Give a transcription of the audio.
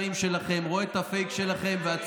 ועליתי בשביל לומר שתרבות הפייק שלכם נגמרה.